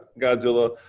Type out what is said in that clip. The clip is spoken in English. Godzilla